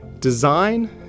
Design